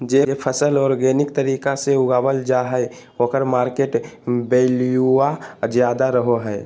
जे फसल ऑर्गेनिक तरीका से उगावल जा हइ ओकर मार्केट वैल्यूआ ज्यादा रहो हइ